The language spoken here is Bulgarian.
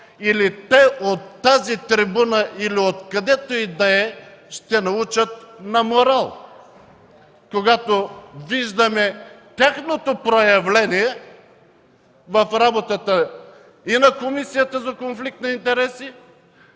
или те от тази трибуна или откъдето и да е ще ни учат на морал, когато виждаме тяхното проявление в работата и на Комисията за конфликт на интереси,